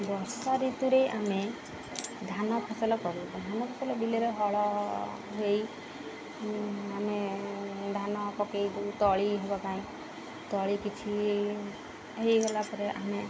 ବର୍ଷା ଋତୁରେ ଆମେ ଧାନ ଫସଲ କରୁ ଧାନ ଫସଲ ବିଲରେ ହଳ ହେଇ ଆମେ ଧାନ ପକେଇବୁ ତଳି ହେବା ପାଇଁ ତଳି କିଛି ହୋଇଗଲା ପରେ ଆମେ